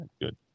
Good